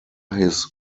his